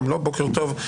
גם לו בוקר טוב,